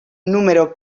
número